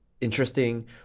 interesting